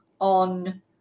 on